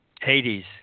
Hades